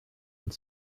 und